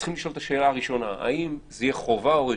צריכים לשאול את השאלה הראשונה: האם זה יהיה חובה או רשות?